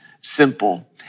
simple